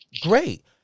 Great